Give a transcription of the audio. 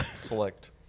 select